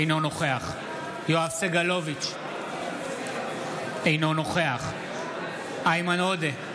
אינו נוכח יואב סגלוביץ' אינו נוכח איימן עודה,